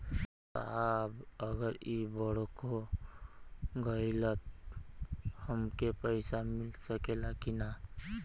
साहब अगर इ बोडखो गईलतऽ हमके पैसा मिल सकेला की ना?